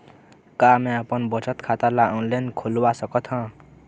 का मैं अपन बचत खाता ला ऑनलाइन खोलवा सकत ह?